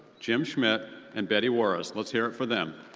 jim schmidt and betty warras. let's hear it for them.